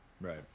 Right